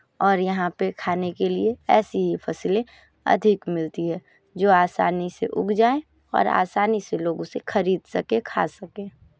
और यहाँ पे खाने के लिए ऐसी ही फ़सलें अधिक मिलती हैं जो आसानी से उग जाएँ और आसानी से लोग उसे खरीद सकें खा सकें